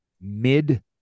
mid